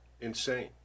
insane